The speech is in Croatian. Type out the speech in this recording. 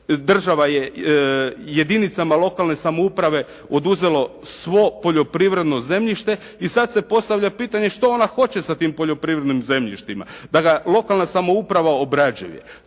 država je jedinicama lokalne samouprave oduzelo svo poljoprivredno zemljište i sad se postavlja pitanje što ona hoće sa tim poljoprivrednim zemljištima? Da ga lokalna samouprava obrađuje.